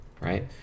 Right